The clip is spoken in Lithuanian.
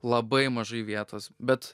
labai mažai vietos bet